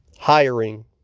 Hiring